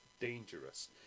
dangerous